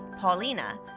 Paulina